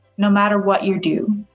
no matter what you do,